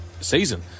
season